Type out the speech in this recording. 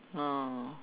oh